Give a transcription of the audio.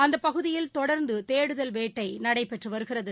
அந்தப் பகுதில் தொடர்ந்துதேடுதல் வேட்டைநடைபெற்றுவருகிறது